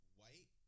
white